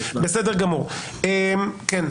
בבקשה.